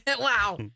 Wow